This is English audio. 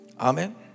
Amen